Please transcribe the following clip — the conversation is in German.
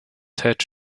tat